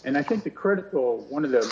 and i think the critical one of th